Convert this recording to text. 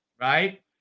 right